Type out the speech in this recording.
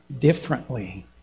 differently